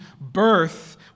birth